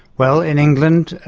well, in england,